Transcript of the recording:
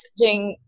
messaging